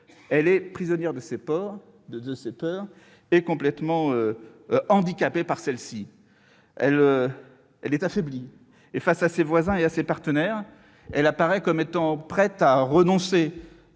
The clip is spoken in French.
elle est prisonnière de ses peurs et complètement handicapée par celles-ci. Elle est affaiblie. Face à ses voisins et à ses partenaires, elle semble prête à renoncer